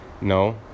No